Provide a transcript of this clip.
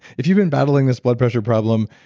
if you've been battling this blood pressure problem,